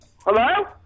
Hello